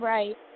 Right